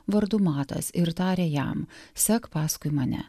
vardu matas ir tarė jam sek paskui mane